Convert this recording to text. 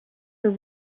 for